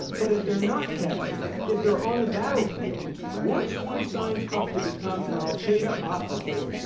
but if they're not captured, if they're on the battlefield, once one signs up to become an al-qaeda operative,